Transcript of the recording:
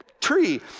tree